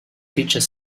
feature